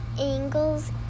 angles